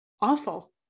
awful